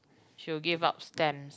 she will give out stamps